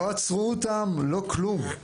לא עצרו אותם, לא כלום.